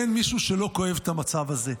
אין מישהו שלא כואב את המצב הזה.